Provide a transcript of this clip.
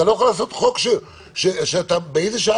אתה לא יכול לעשות חוק שאתה מגדיר באיזה שעה